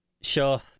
Sure